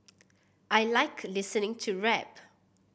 I like listening to rap